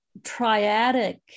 triadic